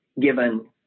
given